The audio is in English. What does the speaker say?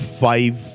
five